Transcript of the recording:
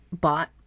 bought